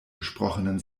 gesprochenen